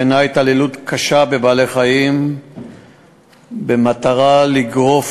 שהיא התעללות קשה בבעלי-חיים במטרה לגרוף